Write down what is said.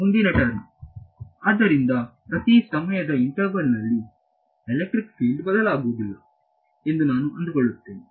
ಮುಂದಿನ ಟರ್ಮ್ ಆದ್ದರಿಂದ ಪ್ರತಿ ಸಮಯದ ಇಂಟರ್ವಲ್ ನಲ್ಲಿ ಎಲೆಕ್ಟ್ರಿಕ್ ಫೀಲ್ಡ್ ಬದಲಾಗುವುದಿಲ್ಲ ಎಂದು ನಾನು ಅಂದುಕೊಳ್ಳುತ್ತೇನೆ